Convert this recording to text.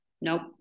nope